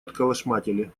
отколошматили